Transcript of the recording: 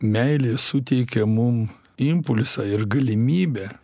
meilė suteikia mum impulsą ir galimybę